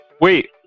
wait